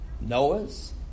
Noah's